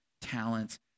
talents